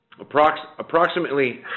Approximately